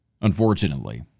Unfortunately